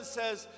says